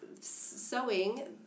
sewing